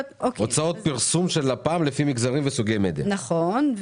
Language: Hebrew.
הוצאות פרסום של לפ"ם לפי מגזרים וסוגי מדיה לשנת 2020. נכון.